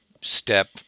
step